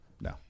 No